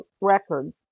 records